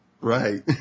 Right